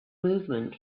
movement